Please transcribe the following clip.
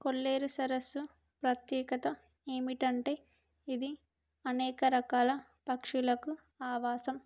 కొల్లేరు సరస్సు ప్రత్యేకత ఏంటంటే ఇది అనేక రకాల పక్షులకు ఆవాసం